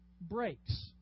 breaks